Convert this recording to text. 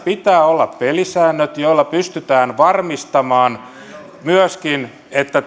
pitää olla pelisäännöt joilla pystytään varmistamaan myöskin että